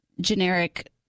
generic